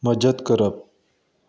मजत करप